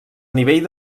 nivell